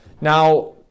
Now